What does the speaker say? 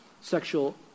sexual